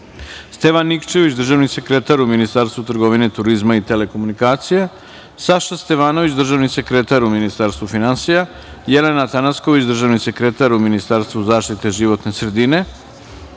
Stevan Nikčević, državni sekretar u Ministarstvu trgovine, turizma i telekomunikacija, Saša Stevanović, državni sekretar u Ministarstvu finansija, Jelena Tanacković, državni sekretar u Ministarstvu zaštite životne sredine,